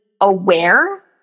aware